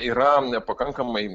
yra nepakankamai